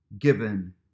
given